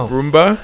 Roomba